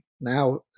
now